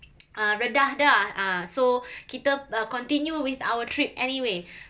uh reda dah ah so kita continue with our trip anyway